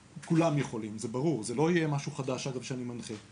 זה לא יהיה משהו חדש שאני מנחה.